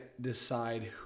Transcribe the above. decide